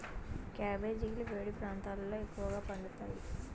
క్యాబెజీలు వేడి ప్రాంతాలలో ఎక్కువగా పండుతాయి